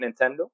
Nintendo